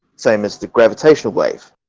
same as the gravitational wave